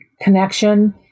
connection